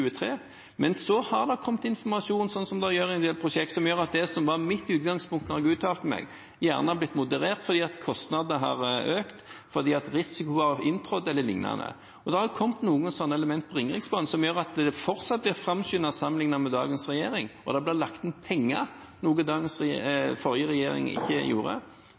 Men så har det kommet informasjon, slik det gjør i en del prosjekter, som gjør at det som var mitt utgangspunkt da jeg uttalte meg, har blitt moderert fordi kostnadene har økt, fordi risiko har inntrådt eller liknende. Det har kommet noen slike element når det gjelder Ringeriksbanen, noe som gjør at det fortsatt blir framskyndet sammenliknet med forrige regjering. Det blir lagt inn penger, noe som forrige regjering ikke gjorde,